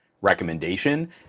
recommendation